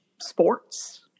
sports